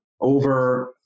over